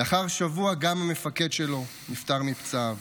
לאחר שבוע גם המפקד שלו נפטר מפצעיו.